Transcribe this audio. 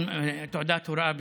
תעודת הוראה בהיסטוריה.